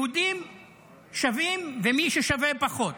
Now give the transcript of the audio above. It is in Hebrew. יהודים שווים ומי ששווה פחות.